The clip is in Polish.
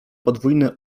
podwójny